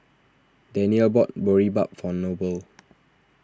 Danyelle bought Boribap for Noble